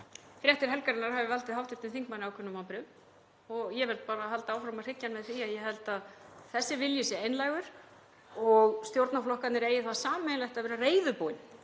fréttir helgarinnar hafi valdið hv. þingmanni ákveðnum vonbrigðum og ég verð bara að halda áfram að hryggja hann með því að ég held að þessi vilji sé einlægur og stjórnarflokkarnir eigi það sameiginlegt að vera reiðubúnir